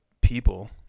people